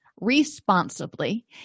responsibly